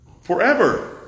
forever